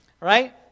right